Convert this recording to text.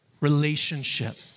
relationship